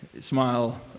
smile